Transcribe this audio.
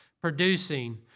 producing